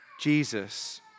Jesus